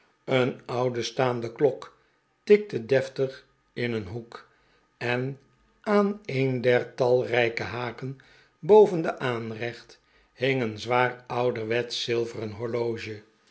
een oude staande klok tikte deftig in een hoek en aan een der talrijke haken boven de aanrecht hing een zwaar ouderwetsch zilveren horloge